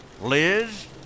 Liz